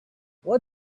what